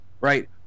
right